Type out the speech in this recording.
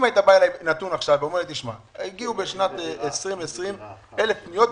אם היית בא אליי עם נתון ואומר לי: הגיעו בשנת 2020 1,000 פניות,